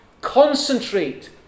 concentrate